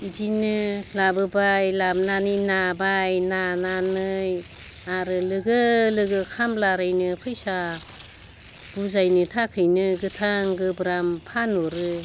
बिदिनो लाबोबाय लाबोनानै नाबाय नानानै आरो लोगो लोगो खामला आरिनो फैसा बुजायनो थाखायनो गोथां गोब्राम फानहरो